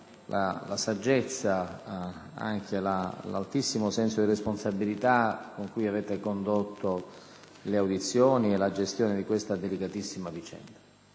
la saggezza e l'altissimo senso di responsabilità con cui sono state condotte le audizioni e la gestione di questa delicatissima vicenda.